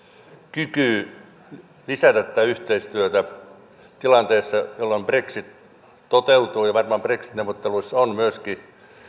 kyky lisätä tätä yhteistyötä tilanteessa jolloin brexit toteutuu ja varmaan brexit neuvotteluissa on myöskin